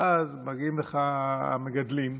ואז מגיעים לך המגדלים ואומרים: